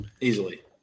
Easily